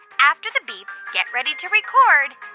after the beep, get ready to record